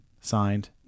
Signed